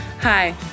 Hi